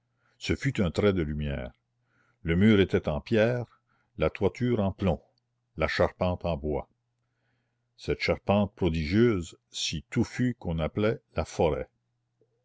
ce fut un trait de lumière le mur était en pierre la toiture en plomb la charpente en bois cette charpente prodigieuse si touffue qu'on appelait la forêt